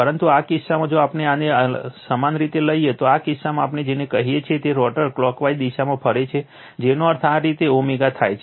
પરંતુ આ કિસ્સામાં જો આપણે આને સમાન રીતે લઈએ તો આ કિસ્સામાં આપણે જેને કહીએ છીએ તે રોટર ક્લોકવાઇઝ દિશામાં ફરે છે જેનો અર્થ આ રીતે ω થાય છે